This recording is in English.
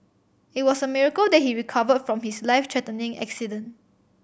it was a miracle that he recover from his life threatening accident